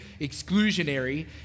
exclusionary